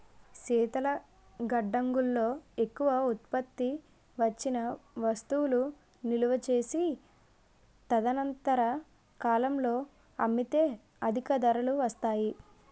శీతల గడ్డంగుల్లో ఎక్కువ ఉత్పత్తి వచ్చిన వస్తువులు నిలువ చేసి తదనంతర కాలంలో అమ్మితే అధిక ధరలు వస్తాయి